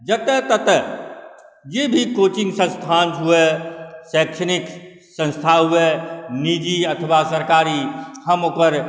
जतऽ ततऽ जे भी कोचिङ्ग संस्थान हुअए शैक्षणिक संस्था हुअए निजी अथवा सरकारी हम ओकर